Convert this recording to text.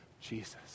Jesus